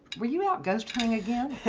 were you out ghost hunting again?